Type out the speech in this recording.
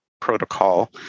Protocol